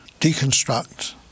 deconstruct